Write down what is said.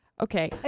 okay